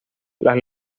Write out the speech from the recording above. las